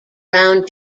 round